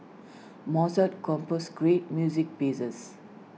Mozart composed great music pieces